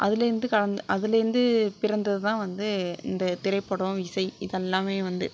அதுலேருந்து அதுலேருந்து பிறந்தது தான் வந்து இந்த திரைப்படம் இசை இதெல்லாம் வந்து